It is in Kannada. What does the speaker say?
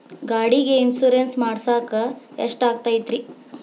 ಗಾಡಿಗೆ ಇನ್ಶೂರೆನ್ಸ್ ಮಾಡಸಾಕ ಎಷ್ಟಾಗತೈತ್ರಿ?